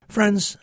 Friends